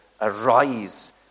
arise